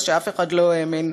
מה שאף אחד לא האמין,